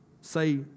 say